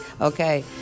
Okay